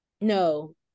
No